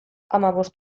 hamabost